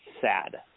Sad